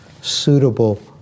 suitable